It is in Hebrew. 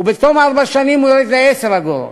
ובתום ארבע שנים הוא ירד ל-10 אגורות.